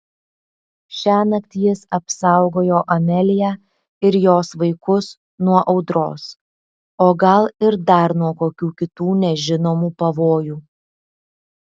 šiąnakt jis apsaugojo ameliją ir jos vaikus nuo audros o gal ir dar nuo kokių kitų nežinomų pavojų